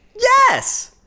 Yes